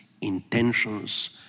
intentions